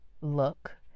look